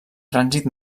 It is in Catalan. trànsit